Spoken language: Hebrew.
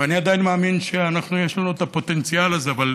ואני עדיין מאמין שיש לנו את הפוטנציאל הזה, אבל